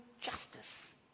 justice